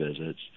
visits